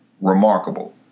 remarkable